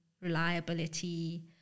reliability